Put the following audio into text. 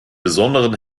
besonderen